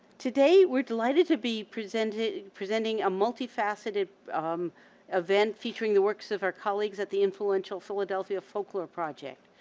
today, we're delighted to be presenting presenting a multi-faceted event featuring the works of our colleagues at the influential philadelphia folklore project.